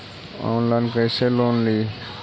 Online कैसे loan ली?